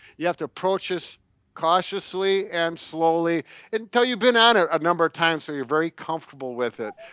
you have to approach this cautiously and slowly until you been on it a number of times, so you're very comfortable with it.